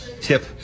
tip